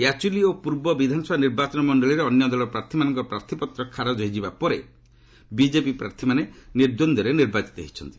ୟାଚୁଲି ଓ ପୂର୍ବ ବିଧାନସଭା ନିର୍ବାଚନ ମଣ୍ଡଳୀରେ ଅନ୍ୟ ଦଳର ପ୍ରାର୍ଥୀମାନଙ୍କ ପ୍ରାର୍ଥୀପତ୍ର ଖାରଜ ହୋଇଯିବା ପରେ ବିଜେପି ପ୍ରାର୍ଥୀମାନେ ନିର୍ଦ୍ଦନ୍ଦରେ ନିର୍ବାଚିତ ହୋଇଛନ୍ତି